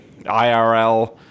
IRL